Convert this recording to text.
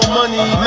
money